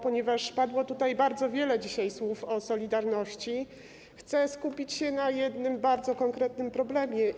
Ponieważ padło tutaj dzisiaj bardzo wiele słów o solidarności, chcę skupić się na jednym bardzo konkretnym problemie.